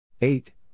Eight